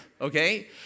okay